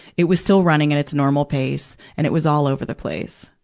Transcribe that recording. it was still running at its normal pace, and it was all over the place.